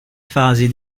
fasi